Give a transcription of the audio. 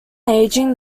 aging